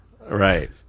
Right